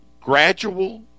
gradual